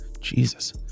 Jesus